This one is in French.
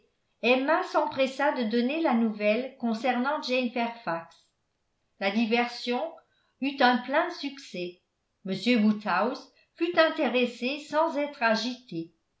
m knightley emma s'empressa de donner la nouvelle concernant jane fairfax la diversion eut un plein succès m woodhouse fut intéressé sans être agité